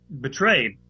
betrayed